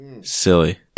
Silly